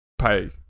pay